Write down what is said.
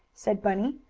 said bunny,